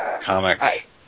Comics